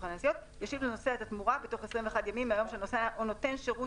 ישיב לנוסע את התמורה בתוך 21 ימים מהיום שהנוסע או נותן שירות